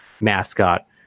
mascot